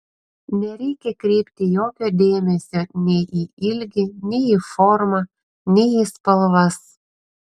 nereikia kreipti jokio dėmesio nei į ilgį nei į formą nei į spalvas